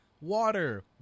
water